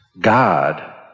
God